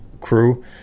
crew